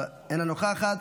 אינה נוכחת,